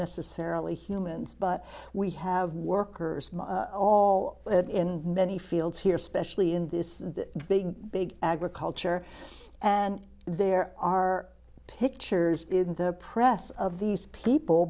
necessarily humans but we have workers all in many fields here specially in this big big agriculture and there are pictures in their press of these people